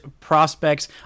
prospects